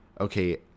okay